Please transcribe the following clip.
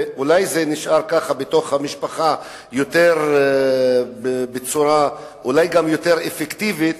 ואולי זה נשאר ככה בתוך המשפחה בצורה אולי גם יותר אפקטיבית